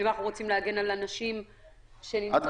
אם אנחנו רוצים להגן על הנשים שנמצאות --- את,